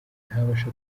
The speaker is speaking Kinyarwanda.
ntabasha